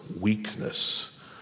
weakness